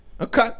Okay